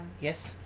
Yes